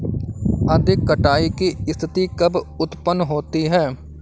अधिक कटाई की स्थिति कब उतपन्न होती है?